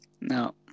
No